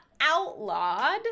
outlawed